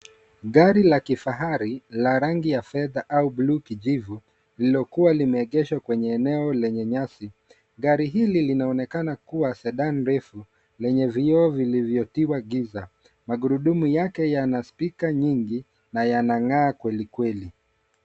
Gari la kifahari la rangi ya fedha ua blue kijivu, lililokua limeegeshwa kwenye eneo lenye nyasi. Gari hili linaonekana kua Sedan refu, lenye vioo viliyotiwa giza. Magurudumu yake yana speaker nyingi, na yanang'aa kweli kweli.